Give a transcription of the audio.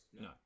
No